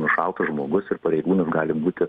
nušautas žmogus ir pareigūnas gali būti